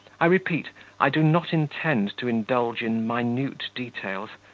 i repeat i do not intend to indulge in minute details,